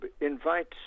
invite